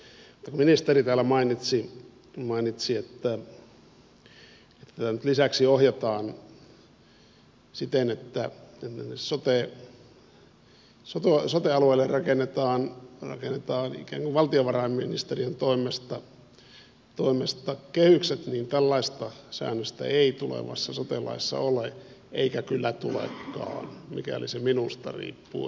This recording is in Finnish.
kun ministeri täällä mainitsi että tätä nyt lisäksi ohjataan siten että sote alueelle rakennetaan ikään kuin valtiovarainministeriön toimesta kehykset niin tällaista säännöstä ei tulevassa sote laissa ole eikä kyllä tulekaan mikäli se minusta riippuu